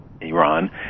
iran